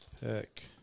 pick